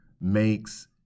makes